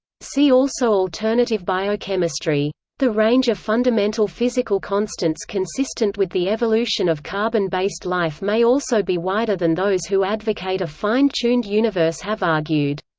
see also alternative biochemistry. the range of fundamental physical constants consistent with the evolution of carbon-based life may also be wider than those who advocate a fine tuned universe have argued.